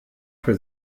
für